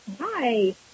Hi